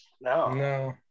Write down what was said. no